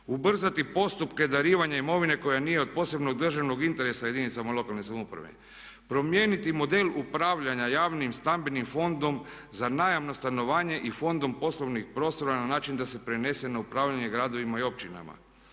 Ubrzati postupke darivanja imovine koja nije od posebnog državnog interesa jedinicama lokalne samouprave. Promijeniti model upravljanja javnim stambenim fondom za najam na stanovanje i fondom poslovnih prostora na način da se prenese na upravljanje gradovima i općinama,